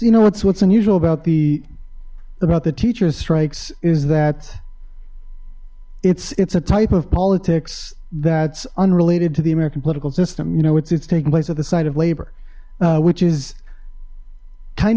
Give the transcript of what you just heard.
you know it's what's unusual about the about the teachers strikes is that it's it's a type of politics that's unrelated to the american political system you know it's it's taking place at the site of labor which is kind